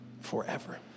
forever